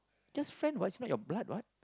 just friend what it's not your blood what